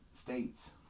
States